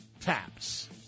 taps